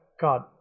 God